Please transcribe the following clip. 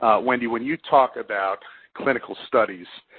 wendy, when you talk about clinical studies,